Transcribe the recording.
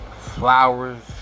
flowers